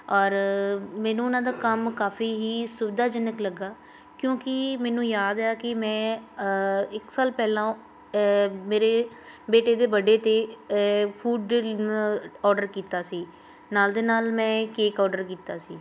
ਔਰ ਮੈਨੂੰ ਉਹਨਾਂ ਦਾ ਕੰਮ ਕਾਫੀ ਹੀ ਸੁਵਿਧਾਜਨਕ ਲੱਗਾ ਕਿਉਂਕਿ ਮੈਨੂੰ ਯਾਦ ਹੈ ਕਿ ਮੈਂ ਇੱਕ ਸਾਲ ਪਹਿਲਾਂ ਮੇਰੇ ਬੇਟੇ ਦੇ ਬਾਡੇ 'ਤੇ ਫੂਡ ਔਡਰ ਕੀਤਾ ਸੀ ਨਾਲ ਦੇ ਨਾਲ ਮੈਂ ਕੇਕ ਔਡਰ ਕੀਤਾ ਸੀ